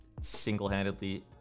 single-handedly